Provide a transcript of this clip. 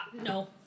No